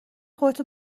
خودتو